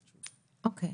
אוקי.